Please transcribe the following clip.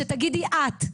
שתגידי את,